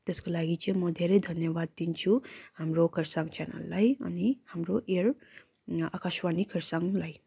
त्यसको लागि चाहिँ म धेरै धन्यवाद दिन्छु हाम्रो खरसाङ च्यानललाई अनि हाम्रो एयर आकाशवाणी खरसाङलाई